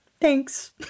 Thanks